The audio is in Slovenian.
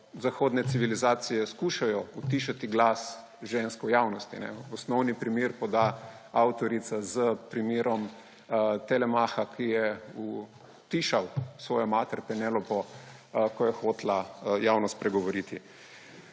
zahodne civilizacije skušajo utišati glas žensk v javnosti. Osnovni primer poda avtorica s primerom Telemaha, ki je utišal svojo mater Penelopo, ko je hotela javno spregovoriti.